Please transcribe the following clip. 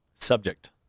Subject